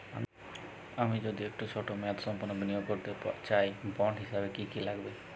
আমি যদি একটু ছোট মেয়াদসম্পন্ন বিনিয়োগ করতে চাই বন্ড হিসেবে কী কী লাগবে?